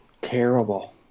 terrible